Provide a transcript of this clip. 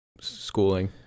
schooling